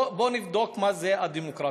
בוא נבדוק מה זה דמוקרטיה.